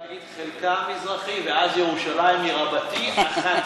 תגיד חלקה המזרחי, ואז ירושלים היא רבתי, אחת.